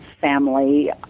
family